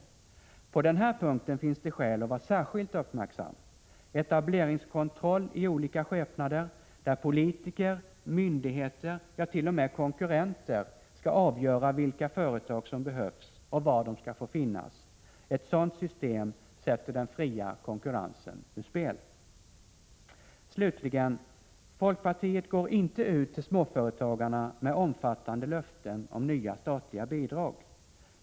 På den här punkten finns det skäl att vara särskilt uppmärksam. Ett system med etableringskontroll i olika skepnader, där politiker, myndigheter, ja t.o.m. konkurrenter, skall avgöra vilka företag som behövs och var de skall få finnas, sätter den fria konkurrensen ur spel. Slutligen: Folkpartiet går inte ut till småföretagarna med omfattande löften om nya statliga bidrag.